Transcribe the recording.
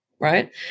right